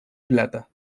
plata